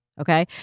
Okay